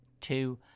two